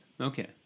Okay